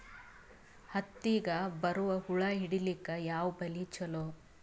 ಹತ್ತಿಗ ಬರುವ ಹುಳ ಹಿಡೀಲಿಕ ಯಾವ ಬಲಿ ಚಲೋ?